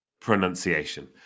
Pronunciation